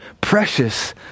precious